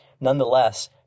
Nonetheless